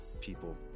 people